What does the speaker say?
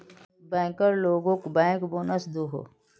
banker लोगोक bank bonus दोहों